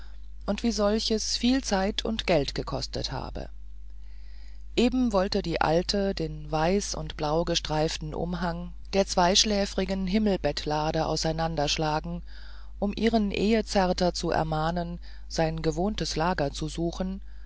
und wie solches viel zeit und geld gekostet habe eben wollte die alte den weiß und blaugestreiften umhang der zweischläfrigen himmelbettlade auseinanderschlagen um ihren ehezärter zu ermahnen sein gewohntes lager zu suchen